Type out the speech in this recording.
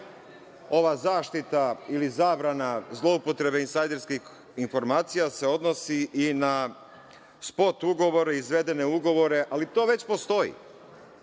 ova zaštita ili zabrana zloupotrebe insajderskih informacija se odnosi i na spot ugovore, izvedene ugovore, ali to već postoji,